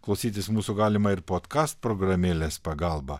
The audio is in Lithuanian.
klausytis mūsų galima ir podkast programėlės pagalba